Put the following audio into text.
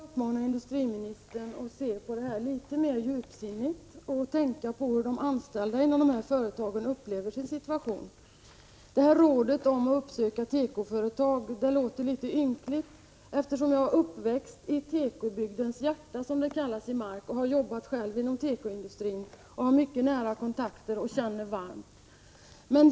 Herr talman! Jag vill uppmana industriministern att se på problemet litet mer djupsinnigt. Industriministern bör tänka på hur de anställda i företagen upplever sin situation. Rådet att uppsöka några tekoföretag verkar litet ynkligt, eftersom jag är uppväxt i tekobygdens hjärta, som Mark kallas, och själv har arbetat inom tekoindustrin och dessutom har mycket nära kontakter och känner varmt.